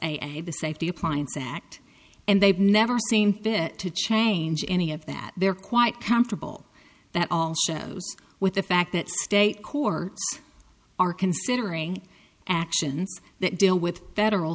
and the safety appliance act and they've never seen fit to change any of that they're quite comfortable that all shows with the fact that state courts are considering actions that deal with federal